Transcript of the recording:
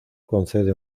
concede